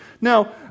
Now